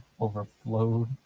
overflowed